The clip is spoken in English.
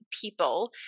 people